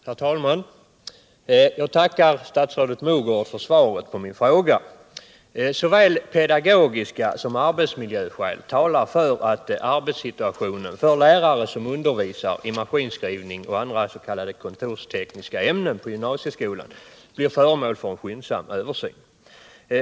Herr talman! Jag tackar statsrådet Mogård för svaret på min fråga. Såväl pedagogiska skäl som arbetsmiljöskäl talar för att arbetssituationen för lärare som undervisar i maskinskrivning och andra s.k. kontorstekniska ämnen i gymnasieskolan blir föremål för en skyndsam översyn.